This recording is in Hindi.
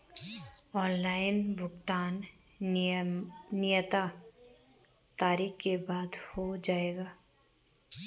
ऑनलाइन भुगतान नियत तारीख के बाद हो जाएगा?